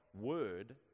Word